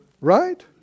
right